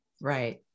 Right